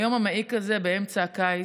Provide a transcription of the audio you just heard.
היום המעיק הזה באמצע הקיץ,